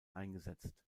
eingesetzt